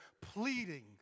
pleading